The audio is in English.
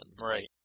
Right